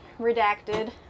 Redacted